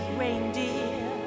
reindeer